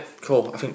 cool